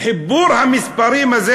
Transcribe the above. חיבור המספרים הזה,